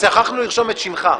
אז שכחנו לרשום את שמך.